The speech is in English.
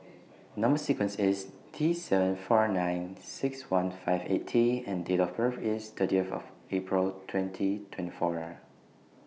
Number sequence IS T seven four nine six one five eight T and Date of birth IS thirtieth April twenty twenty four